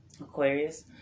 Aquarius